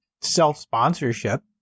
self-sponsorship